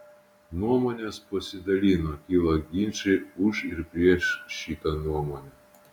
nuomonės pasidalino kilo ginčai už ir prieš šitą nuomonę